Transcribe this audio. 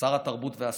שר התרבות והספורט,